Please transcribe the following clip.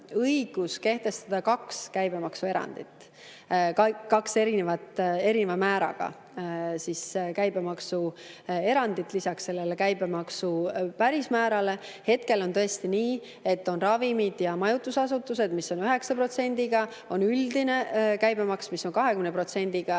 õigus kehtestada kaks käibemaksuerandit, kaks erineva määraga käibemaksuerandit lisaks käibemaksu päris määrale. Hetkel on tõesti nii, et ravimid ja majutusasutused on 9%, üldine käibemaks on 20%